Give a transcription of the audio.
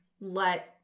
let